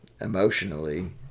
Emotionally